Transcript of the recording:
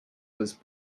was